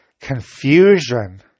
confusion